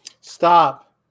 Stop